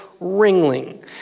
Ringling